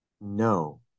No